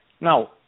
Now